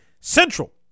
Central